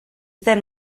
zen